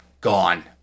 gone